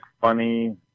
funny